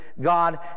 God